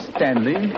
Stanley